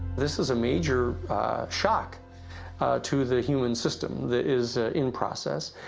this is a major shock to the human system, that is in progress.